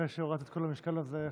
אחרי שהורדת את כל המשקל הזה,